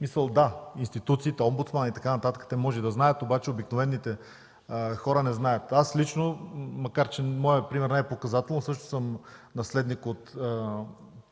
нещо. Да, институциите – омбудсман, и така нататък, те може и да знаят, но обикновените хора не знаят. Аз лично, макар че моят пример не е показателен, също съм наследник,